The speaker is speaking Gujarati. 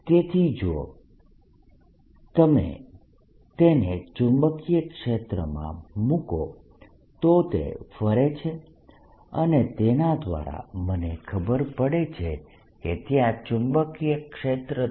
તેથી જો તમે તેને ચુંબકીય ક્ષેત્રમાં મૂકો તો તે ફરે છે અને તેના દ્વારા મને ખબર પડે છે કે ત્યાં ચુંબકીય ક્ષેત્ર છે